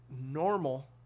normal